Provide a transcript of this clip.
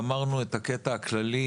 גמרנו את הקטע הכללי.